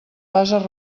bases